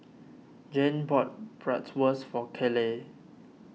Jayne bought Bratwurst for Kayleigh